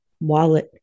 wallet